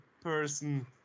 person